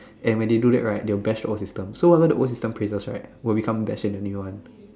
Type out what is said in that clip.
and when they do that right they will bash old system so whatever the old system praises right will become bashed in the new one